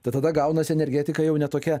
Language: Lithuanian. ta tada gaunasi energetika jau ne tokia